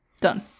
Done